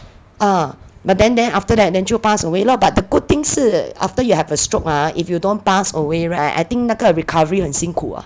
ah but then then after that then 就 pass away lah but the good thing 是 after you have a stroke ah if you don't pass away [right] I think 那个 recovery 很辛苦 ah